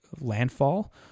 landfall